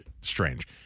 strange